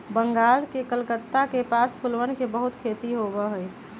बंगाल के कलकत्ता के पास फूलवन के बहुत खेती होबा हई